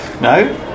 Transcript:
No